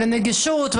על נגישות,